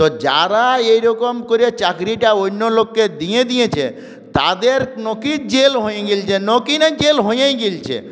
তো যারা এইরকম করে চাকরিটা অন্য লোককে দিয়ে দিয়েছে তাদের লোকের জেল হয়ে গেছে নোকিনের জেল হয়েইন গেইলচে